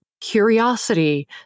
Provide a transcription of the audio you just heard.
curiosity